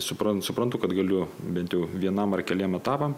suprantu suprantu kad galiu bent jau vienam ar keliem etapam